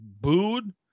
Booed